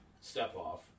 step-off